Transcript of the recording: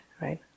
right